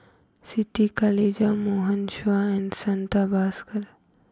Siti Khalijah Morgan Chua and Santha Bhaskar